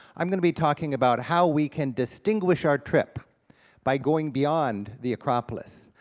i'm gonna be talking about how we can distinguish our trip by going beyond the acropolis.